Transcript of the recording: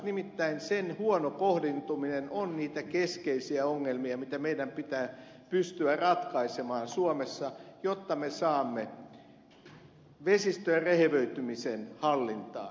nimittäin sen huono kohdentuminen on niitä keskeisiä ongelmia mitä meidän pitää pystyä ratkaisemaan suomessa jotta me saamme vesistöjen rehevöitymisen hallintaan